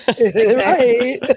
Right